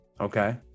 Okay